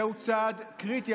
זהו צעד קריטי,